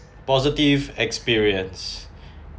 positive experience